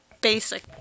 basic